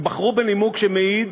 הם בחרו בנימוק שמעיד